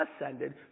ascended